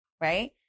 Right